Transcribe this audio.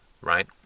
right